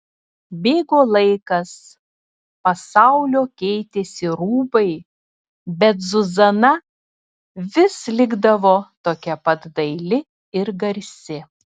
bėgo laikas pasaulio keitėsi rūbai bet zuzana vis likdavo tokia pat daili ir garsi